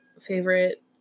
favorite